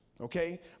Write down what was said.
Okay